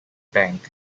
bank